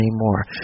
anymore